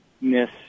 miss